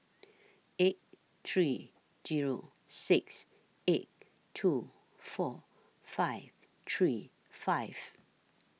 eight three Zero six eight two four five three five